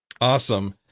awesome